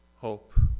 hope